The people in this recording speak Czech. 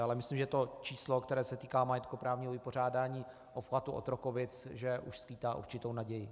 Ale myslím, že to číslo, které se týká majetkoprávního vypořádání obchvatu Otrokovic, už skýtá určitou naději.